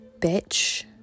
bitch